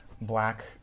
Black